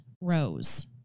rows